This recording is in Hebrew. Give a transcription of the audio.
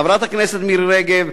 חברת הכנסת מירי רגב,